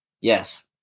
Yes